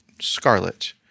scarlet